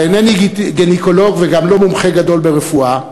ואינני גינקולוג וגם לא מומחה גדול ברפואה,